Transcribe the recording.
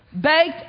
baked